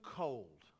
cold